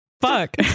Fuck